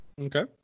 okay